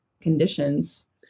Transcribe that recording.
conditions